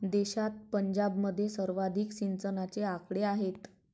देशात पंजाबमध्ये सर्वाधिक सिंचनाचे आकडे आहेत